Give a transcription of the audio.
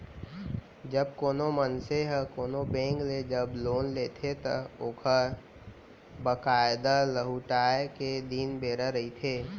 जब कोनो मनसे ह कोनो बेंक ले जब लोन लेथे त ओखर बकायदा लहुटाय के दिन बेरा रहिथे